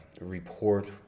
report